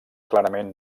clarament